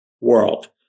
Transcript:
world